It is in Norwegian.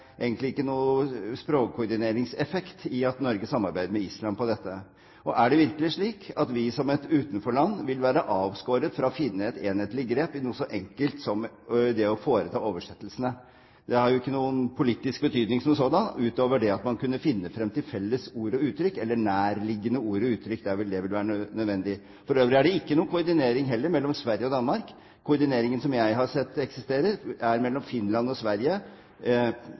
egentlig ikke noen språkkoordineringseffekt i at Norge samarbeider med Island om dette. Er det virkelig slik at vi som et utenforland vil være avskåret fra å finne et enhetlig grep i noe så enkelt som det å foreta oversettelser? Det har jo ikke noen politisk betydning som sådan, utover det at man kunne finne frem til felles ord og uttrykk, eller nærliggende ord og uttrykk der det vil være nødvendig. For øvrig er det heller ikke noen koordinering mellom Sverige og Danmark. Koordineringen som jeg har sett eksisterer, er mellom Finland og Sverige,